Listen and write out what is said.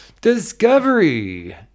Discovery